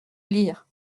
lire